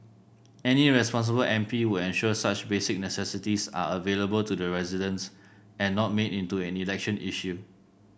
any responsible M P would ensure such basic necessities are available to the residents and not made into an election issue